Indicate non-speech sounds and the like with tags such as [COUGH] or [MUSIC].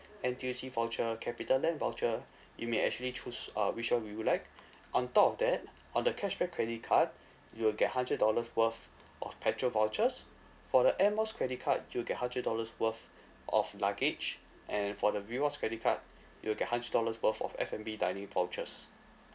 N_T_U_C voucher capitaland voucher you may actually choose uh which one would you like on top of that on the cashback credit card [BREATH] you will get hundred dollars worth of petrol vouchers for the air miles credit card you'll get hundred dollars worth of luggage and for the rewards credit card you'll get hundred dollars worth of F&B dining vouchers